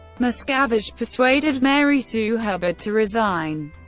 miscavige persuaded mary sue hubbard to resign.